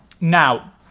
Now